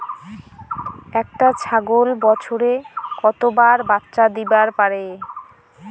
একটা ছাগল বছরে কতবার বাচ্চা দিবার পারে?